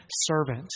servant